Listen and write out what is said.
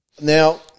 Now